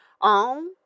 on